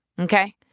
Okay